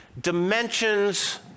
dimensions